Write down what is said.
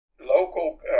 Local